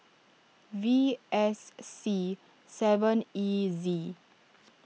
V S C seven E Z